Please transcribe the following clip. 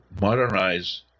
modernize